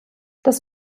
das